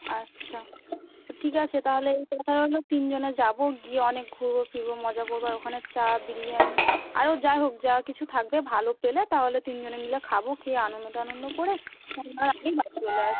আচ্ছা তো ঠিক আছে তাহলে ওই কথা রইলো তিনজনে যাবো গিয়ে অনেক ঘুরবো ফিরবো মজা করবো আর ওখানের চা বিরিয়ানি আরও যা হোক যা কিছু থাকবে ভালো পেলে তাহলে তিনজনে মিলে খাবো খেয়ে আনন্দ টানন্দ করে সন্ধ্যার আগেই বাড়ি চলে আসবো